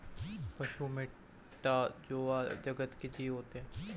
पशु मैटा जोवा जगत के जीव होते हैं